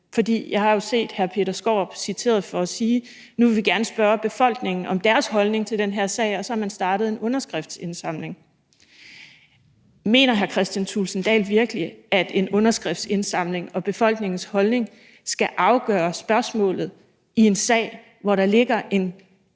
for jeg har jo set hr. Peter Skaarup citeret for at sige: Nu vil vi gerne spørge befolkningen om deres holdning til den her sag. Og så har man startet en underskriftsindsamling. Mener hr. Kristian Thulesen Dahl virkelig, at en underskriftsindsamling og befolkningens holdning skal afgøre spørgsmålet i en sag, hvor der ligger en klar juridisk indstilling